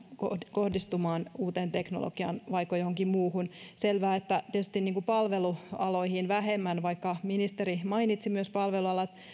kohdistumaan uuteen teknologiaan vaiko johonkin muuhun on selvää että tietysti palvelualoihin vähemmän vaikka ministeri mainitsi myös palvelualat